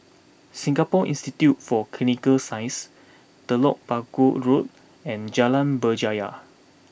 Singapore Institute for Clinical Sciences Telok Paku Road and Jalan Berjaya